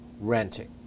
renting